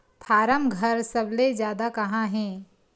form घर सबले जादा कहां हे